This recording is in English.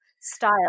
style